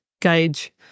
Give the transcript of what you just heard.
gauge